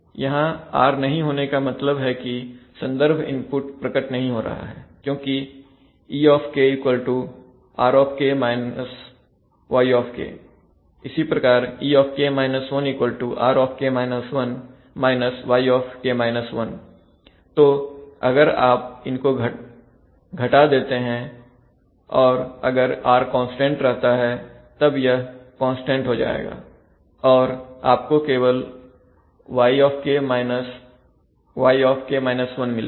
यहां r नहीं होने का मतलब है कि संदर्भ इनपुट प्रकट नहीं हो रहा है क्योंकि er y इसी प्रकार er yतो अगर इनको आप घटा देते हैं और अगर r कांस्टेंट रहता है तब यह कांस्टेंट हो जाएगा और आपको केवल y y मिलेगा